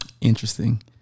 Interesting